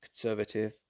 conservative